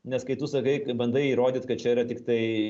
nes kai tu sakai kai bandai įrodyt kad čia yra tiktai